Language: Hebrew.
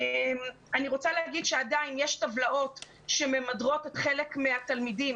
אני רוצה לומר שעדיין יש טבלאות שממדרות את חלק מהתלמידים